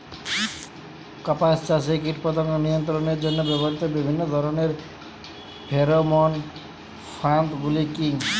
কাপাস চাষে কীটপতঙ্গ নিয়ন্ত্রণের জন্য ব্যবহৃত বিভিন্ন ধরণের ফেরোমোন ফাঁদ গুলি কী?